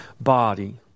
body